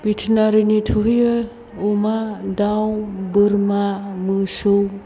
भेटेनारिनि थुहैयो अमा दाउ बोरमा मोसौ